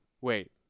Wait